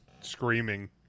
screaming